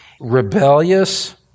rebellious